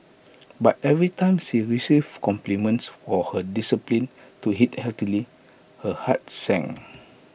but every time she received compliments for her discipline to eat healthily her heart sank